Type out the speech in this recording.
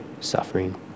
suffering